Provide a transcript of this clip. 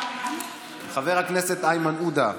חבר הכנסת איימן עודה,